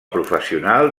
professional